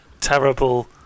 terrible